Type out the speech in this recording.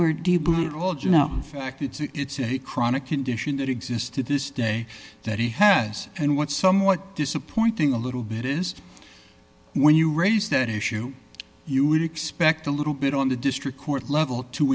fact it's a chronic condition that exists to this day that he has and what somewhat disappointing a little bit is when you raise that issue you would expect a little bit on the district court level to